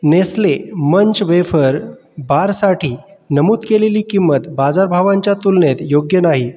Nestle Munch wafer बारसाठी नमूद केलेली किंमत बाजारभावांच्या तुलनेत योग्य नाही